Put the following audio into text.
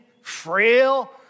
frail